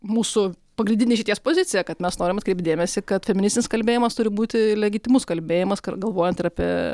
mūsų pagrindinė išeities pozicija kad mes norim atkreipt dėmesį kad feministinis kalbėjimas turi būti legitimus kalbėjimas kad galvojant ir apie